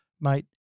mate